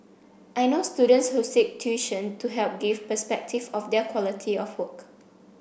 I know students who seek tuition to help give perspective of their quality of work